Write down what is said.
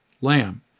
lamb